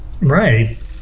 Right